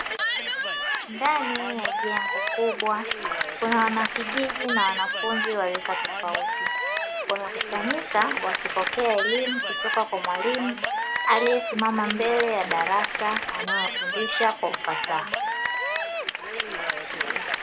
Ndani ya jengo kubwa kuna wanakijiji na wanafunzi wa rika tofauti, wamekusanyika wakipokea elimu kutoka kwa mwalimu aliyesimama mbele ya darasa. Anayewafundishwa kwa ufasaha.